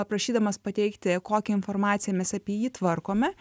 prašydamas pateikti kokią informaciją mes apie jį tvarkome